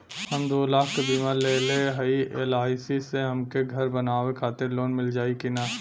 हम दूलाख क बीमा लेले हई एल.आई.सी से हमके घर बनवावे खातिर लोन मिल जाई कि ना?